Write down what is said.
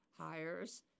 hires